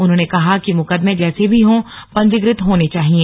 उन्होंने कहा कि मुकदमे जैसे भी हो पंजीकृत होने चाहिए